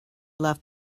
left